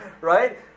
right